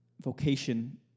vocation